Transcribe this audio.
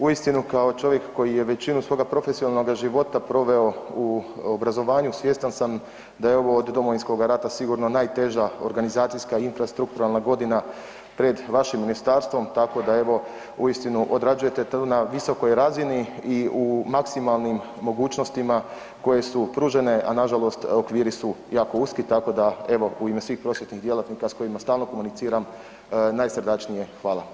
Uistinu kao čovjek koji je većinu svoga profesionalnoga života proveo u obrazovanju, svjestan sam da je ovo od Domovinskoga rata sigurno najteža organizacijska i infrastrukturalna godina pred vašim ministarstvom, tako da, evo, uistinu odrađujete to na visokoj razini i u maksimalnim mogućnostima koje su pružene, a nažalost okviri su jako uski, tako da evo, u ime svih prosvjetnih djelatnika s kojima stalno komuniciram, najsrdačnije, hvala.